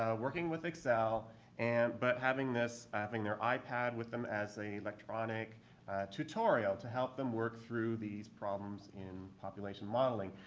working with excel and but having this, having their ipad with them as an electronic tutorial to help them work through these problems in population modeling.